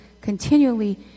continually